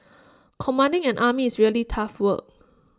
commanding an army is really tough work